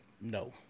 No